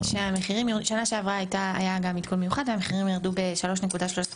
שנה שעברה היה עדכון מיוחד והמחירים ירדו ב-3.13%,